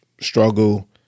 struggle